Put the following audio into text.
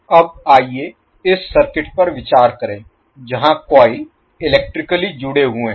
अब आइए इस सर्किट पर विचार करें जहां कॉइल इलेक्ट्रिकली जुड़े हुए हैं